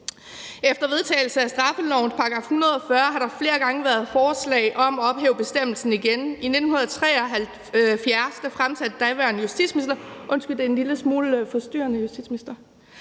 Efter vedtagelse af straffelovens § 140 har der flere gange været forslag om at ophæve bestemmelsen igen. I 1973 fremsatte daværende justitsminister Knud Axel Nielsen fra Socialdemokratiet